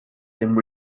dem